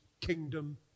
kingdom